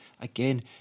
again